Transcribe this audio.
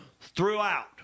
throughout